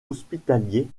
hospitaliers